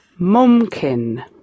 mumkin